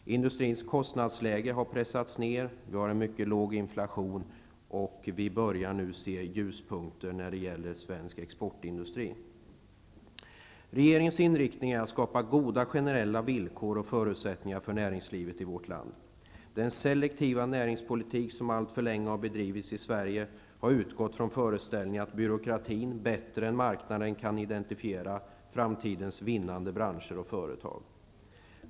Industrins kostnadsläge har pressats ned, vi har en mycket låg inflation och börjar nu se ljuspunkter när det gäller svensk exportindustri. Regeringens inriktning är att skapa goda generella villkor och förutsättningar för näringslivet i vårt land. Den selektiva näringspolitik som allt för länge bedrivits i Sverige har utgått från föreställningen att byråkratin bättre än marknaden kan identifiera framtidens vinnande branscher och företag.